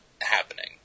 happening